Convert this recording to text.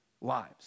lives